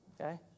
Okay